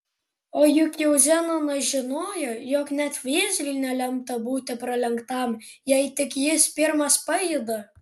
o juk jau zenonas žinojo jog net vėžliui nelemta būti pralenktam jei tik jis pirmas pajuda